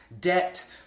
debt